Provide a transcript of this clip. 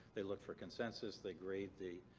they look for consensus. they grade the